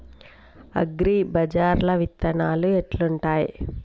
అగ్రిబజార్ల విత్తనాలు ఎట్లుంటయ్?